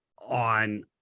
on